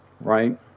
right